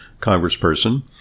congressperson